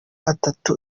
atatu